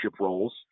roles